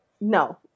no